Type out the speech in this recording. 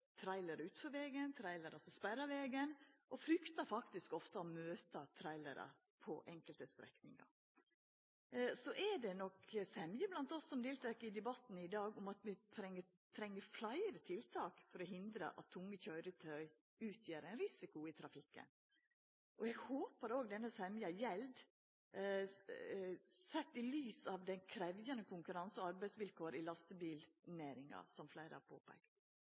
utfor vegen og trailerar som sperrar vegen. Vi fryktar ofte å møta trailerar på enkelte strekningar. Det er nok semje blant oss som deltek i debatten i dag, om at vi treng fleire tiltak for å hindra at tunge køyretøy utgjer ein risiko i trafikken. Eg håpar denne semja òg gjeld dei krevjande konkurranse- og arbeidsvilkåra i lastebilnæringa, som fleire har